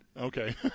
Okay